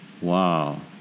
Wow